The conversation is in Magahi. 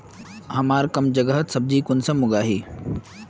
हमार कम जगहत सब्जी कुंसम उगाही?